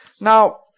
Now